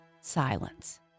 silence